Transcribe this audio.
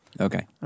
Okay